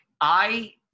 I-